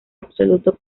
absoluto